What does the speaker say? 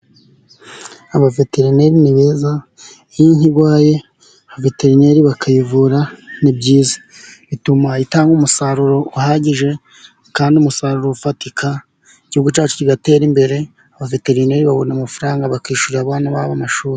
Abaveterineri ni beza iyo inka irwaye abaveterineri bakayivura ni byiza, bituma itanga umusaruro uhagije kandi umusaruro ufatika igihugu cyacu kigatera imbere, abaveterineri babona amafaranga bakishyurira abana babo amashuri.